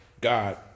God